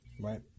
right